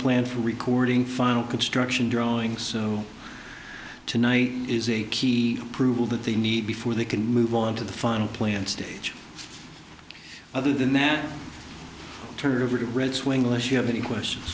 plan for recording final construction drawings tonight is a key approval that they need before they can move on to the final plan stage other than that target of red swing unless you have any questions